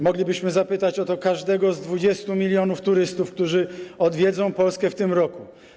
Moglibyśmy zapytać o to każdego z 20 mln turystów, którzy odwiedzą Polskę w tym roku.